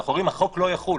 אנחנו אומרים "החוק לא יחול".